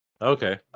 Okay